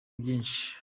byinshi